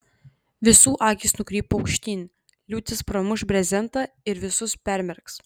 visų akys nukrypo aukštyn liūtis pramuš brezentą ir visus permerks